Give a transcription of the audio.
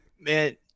Man